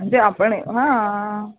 म्हणजे आपण हां